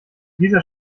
dieser